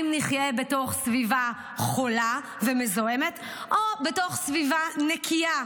אם נחיה בתוך סביבה חולה ומזוהמת או בתוך סביבה נקייה,